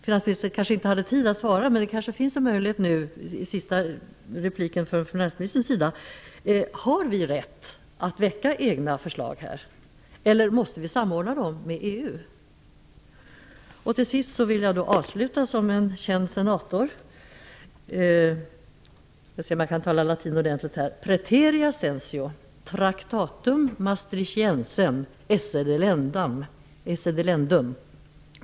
Finansministern kanske inte hade tid att svara, men han kanske ändå kan lämna ett besked i sitt sista inlägg. Har vi rätt att väcka egna förslag, eller måste vi samordna förslagen med EU? Jag vill avsluta mitt anförande som en känd senator: Praeterea censeo traktatum Maastrichtiensem esse delendum.